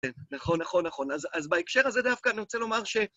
נכון, נכון, נכון. אז בהקשר הזה דווקא אני רוצה לומר ש...